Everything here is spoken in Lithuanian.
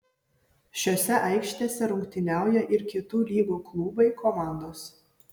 šiose aikštėse rungtyniauja ir kitų lygų klubai komandos